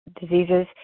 diseases